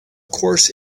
course